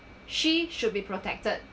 she should be protected